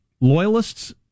Loyalists